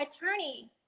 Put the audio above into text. attorney